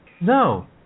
No